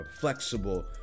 flexible